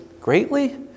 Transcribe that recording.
greatly